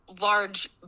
large